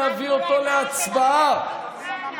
הסכמתם להביא אותו להצבעה במליאה?